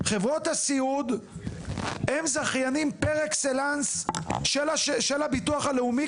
חברות הסיעוד הם זכיינים פר אקסלנס של הביטוח הלאומי,